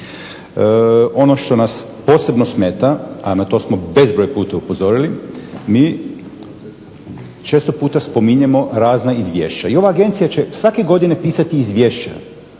Ono što nas posebno smeta, a na to smo bezbroj puta upozorili, mi često puta spominjemo razna izvješća i ova Agencija će svake godine pisati izvješća,